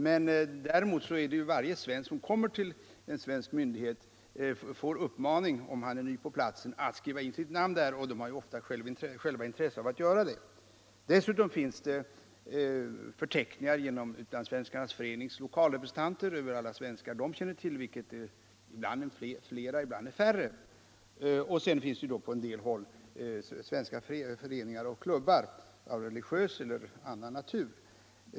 Men däremot får varje svensk som kommer till en svensk utlandsmyndighet och är ny på platsen uppmaning att skriva in sitt namn där, och det har de ofta själva intresse av att göra. Dessutom finns det förteckningar, förda av Utlandssvenskarnas förenings lokalrepresentanter över alla svenskar de känner till, vilka ibland är flera och ibland är färre än i myndighetsmatriklarna. Det finns också på en del håll svenska föreningar och klubbar av religiös eller annan natur.